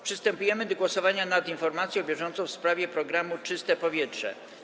Przystępujemy do głosowania nad informacją bieżącą w sprawie programu „Czyste powietrze”